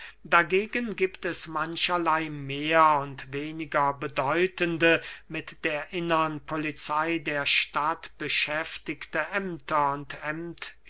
dagegen giebt es mancherley mehr und weniger bedeutende mit der innern polizey der stadt beschäftigte ämter